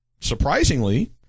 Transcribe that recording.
surprisingly